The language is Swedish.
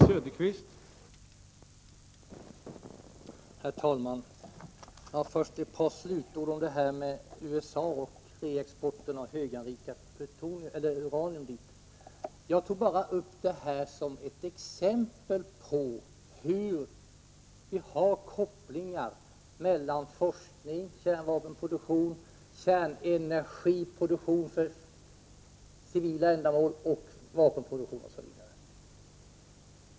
Herr talman! Först ett par slutord om reexporten till USA av höganrikat uran. Jag nämnde USA bara för att ge ett exempel på vilka kopplingar som finns mellan forskning, kärnvapenproduktion, kärnenergiproduktion för civila ändamål och vapenproduktion.